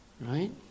Right